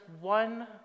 one